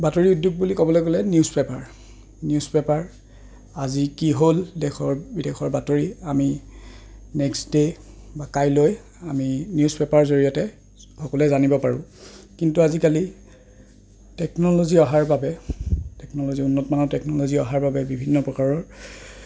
বাতৰি উদ্যোগ বুলি ক'বলৈ গ'লে নিউজ পেপাৰ নিউজ পেপাৰ আজি কি হ'ল দেশৰ বিদেশৰ বাতৰি আমি নেক্সট ডে' বা কাইলৈ আমি নিউজ পেপাৰ জৰিয়তে সকলোৱে জানিব পাৰোঁ কিন্তু আজিকালি টেকন'লজি অহাৰ বাবে টেকন'লজি উন্নতমানৰ টেকন'লজি অহাৰ বাবে বিভিন্ন প্ৰকাৰৰ